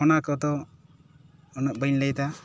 ᱚᱱᱟ ᱠᱚᱫᱚ ᱩᱱᱟᱹᱜ ᱵᱟᱹᱧ ᱞᱟᱹᱭ ᱮᱫᱟ